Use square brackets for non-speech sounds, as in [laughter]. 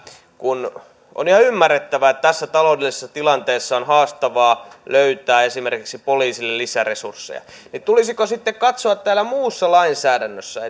kun on ihan ymmärrettävää että tässä taloudellisessa tilanteessa on haastavaa löytää esimerkiksi poliisille lisäresursseja niin tulisiko sitten katsoa täällä muussa lainsäädännössä [unintelligible]